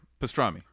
pastrami